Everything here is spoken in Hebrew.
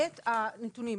את הנתונים,